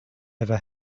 never